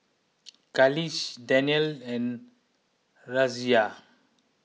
Khalish Danial and Raisya